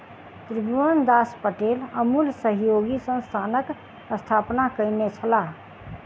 त्रिभुवनदास पटेल अमूल सहयोगी संस्थानक स्थापना कयने छलाह